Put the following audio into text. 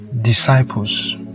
disciples